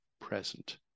present